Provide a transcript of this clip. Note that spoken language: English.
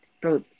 Bro